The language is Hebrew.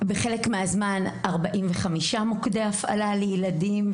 בחלק מהזמן 45 מוקדי הפעלה להורים וילדים,